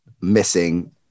missing